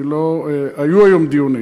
היו היום דיונים,